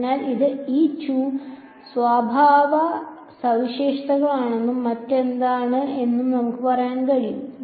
അതിനാൽ ഇത് സ്വഭാവ സവിശേഷതകളാണെന്നും മറ്റെന്താണ് എന്നും നമുക്ക് പറയാൻ കഴിയും